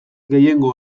gehiengo